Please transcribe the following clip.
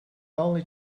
only